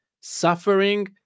suffering